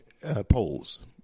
polls